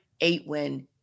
eight-win